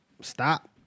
stop